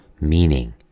meaning